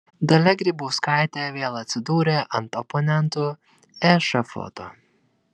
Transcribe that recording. dalia grybauskaitė vėl atsidūrė ant oponentų ešafoto